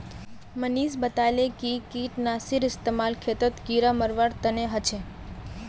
मनीष बताले कि कीटनाशीर इस्तेमाल खेतत कीड़ा मारवार तने ह छे